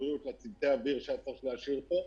הבריאות לצוותי אוויר שהיה צריך להשאיר פה.